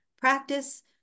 practice